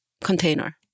container